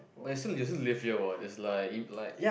but is still is still live here what is like impolite